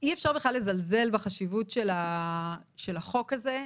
אי אפשר בכלל לזלזל בחשיבות של החוק הזה,